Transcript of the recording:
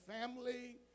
family